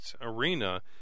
arena